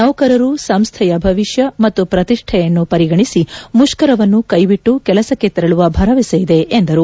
ನೌಕರರು ಸಂಸ್ಥೆಯ ಭವಿಷ್ಣ ಮತ್ತು ಪ್ರತಿಷ್ಠೆಯನ್ನು ಪರಿಗಣಿಸಿ ಮುಷ್ತರವನ್ನು ಕೈಬಿಟ್ಟು ಕೆಲಸಕ್ಕೆ ತೆರಳುವ ಭರವಸೆಯಿದೆ ಎಂದರು